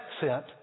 accent